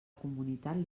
comunitat